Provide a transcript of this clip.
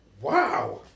Wow